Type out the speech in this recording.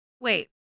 wait